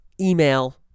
email